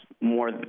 more